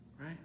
right